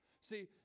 See